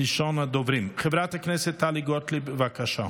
ראשונת הדוברים, חברת הכנסת טלי גוטליב, בבקשה.